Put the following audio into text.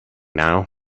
now